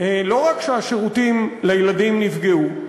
לא רק שהשירותים לילדים נפגעו,